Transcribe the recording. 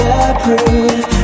approve